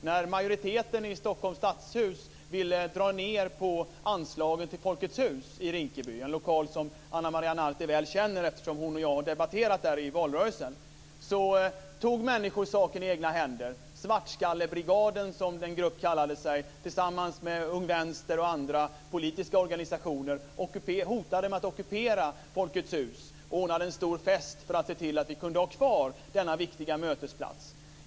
När majoriteten i Stockholms stadshus ville dra ned på anslaget till folkets hus i Rinkeby - en lokal som Ana Maria Narti väl känner, eftersom hon och jag har debatterat där i valrörelsen - tog människor saken i egna händer. Svartskallebrigaden, som en grupp kallade sig, tillsammans med Ung Vänster och andra politiska organisationer hotade med att ockupera folkets hus och ordnade en stor fest för att se till att vi kunde ha kvar denna viktiga mötesplats.